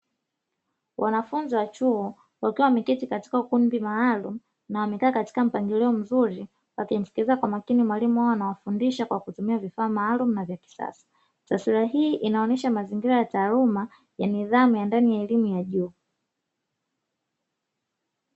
Wanafunzi wa chuo wakiwa wameketi katika ukumbi maalumu na wamekaa katika upangilio mzuri wakimskiliza kwa makini mwalimu wao anaowafundisha kwa kutumia vifaa maalumu na vya kisasa. Taswira hii inaonyesha mazingira ya taaluma ya nidhamu ya ndani ya elimu ya juu.